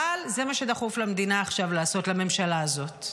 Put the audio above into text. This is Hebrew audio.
אבל זה מה שדחוף למדינה עכשיו לעשות, לממשלה הזאת.